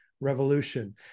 Revolution